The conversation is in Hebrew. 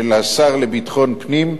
של השר לביטחון פנים,